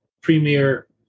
premier